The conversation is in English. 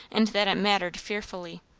and that it mattered fearfully.